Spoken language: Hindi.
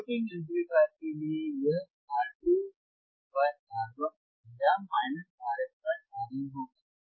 इन्वेर्टिंग एम्पलीफायर के लिए यह R2 R1 या Rf Rin होगा